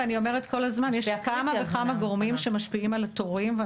ואני אומרת כל הזמן: יש כמה וכמה גורמים שמשפיעים על התורים.